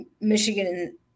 Michigan